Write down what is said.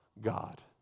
God